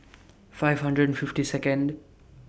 five hundred and fifty Second